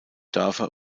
dörfer